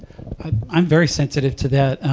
but i'm very sensitive to that.